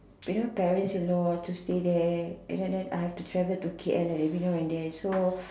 you know parents in law have to stay there and then I have to travel to K_L every now and then so